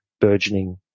burgeoning